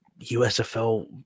USFL